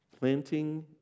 Planting